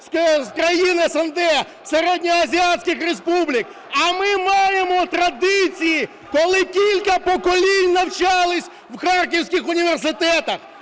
з країн СНД, середньоазіатських республік. А ми маємо традиції, коли кілька поколінь навчалися в харківських університетах.